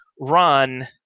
run